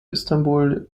istanbul